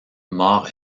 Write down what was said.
mor